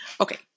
Okay